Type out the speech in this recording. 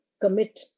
commit